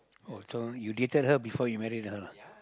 oh so you dated her before you married her lah